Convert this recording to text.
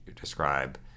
describe